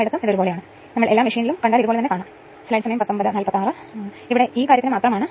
ഇവിടെ ഇതാ auto transformer ഇത് A ആണ് ഈ ഭാഗം B ഈ ഭാഗം C